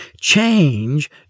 Change